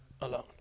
alone